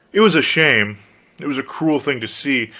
it was a shame it was a cruel thing to see.